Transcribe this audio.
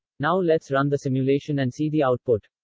now, let's run the simulation and see the output.